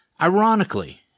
Ironically